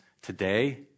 today